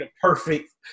perfect